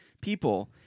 people